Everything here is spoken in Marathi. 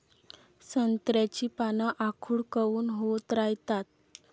संत्र्याची पान आखूड काऊन होत रायतात?